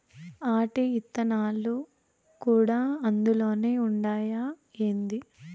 ఆటి ఇత్తనాలు కూడా అందులోనే ఉండాయా ఏంది